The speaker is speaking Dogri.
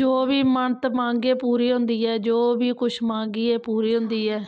जो बी मन्नत मंगै पूरी होंदी ऐ जो बी कुश मंग पूरी होंदी ऐ